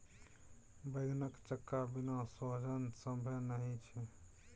बैंगनक चक्का बिना सोजन संभवे नहि छै